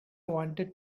wanted